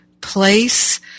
place